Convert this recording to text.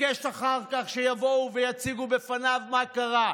ביקש אחר כך שיבואו ויציגו בפניו מה קרה.